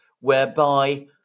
whereby